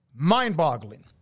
Mind-boggling